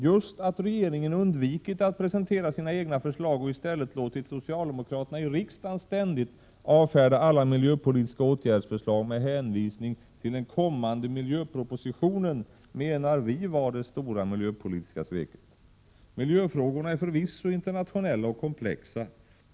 Just att regeringen undvikit att presentera sina egna förslag och i stället låtit socialdemokraterna i riksdagen ständigt avfärda alla miljöpolitiska åtgärdsförslag med hänvisning till den kommande miljöpropositionen menar vi vara det stora miljöpolitiska sveket. Miljöfrågorna är förvisso internationella och komplexa.